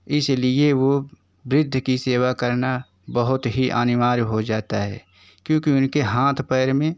इसलिए वो वृद्ध की सेवा करना बहुत ही अनिवार्य हो जाता है क्योंकि उनके हाथ पैर में